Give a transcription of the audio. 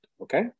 Okay